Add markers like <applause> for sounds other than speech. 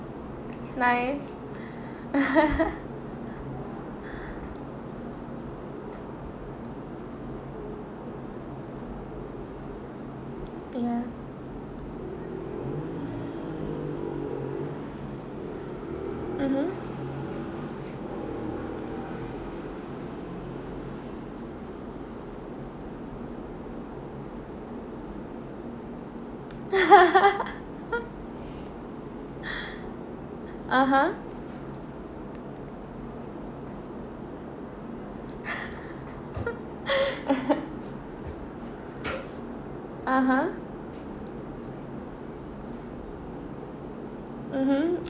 it's nice <laughs> ya mmhmm <laughs> (uh huh) <laughs> (uh huh) mmhmm